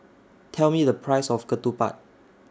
Tell Me The Price of Ketupat